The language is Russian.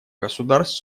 государств